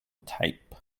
tape